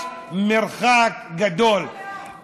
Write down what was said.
יש מרחק גדול.